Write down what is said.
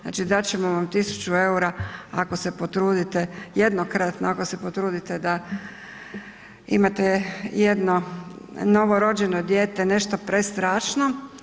Znači dat ćemo vam 1.000 EUR-a, ako se potrudite, jednokratno, ako se potrudite da imate jedno novorođeno dijete, nešto prestrašno.